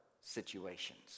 situations